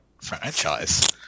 franchise